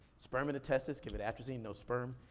sperm in the testes, give it atrazine, no sperm.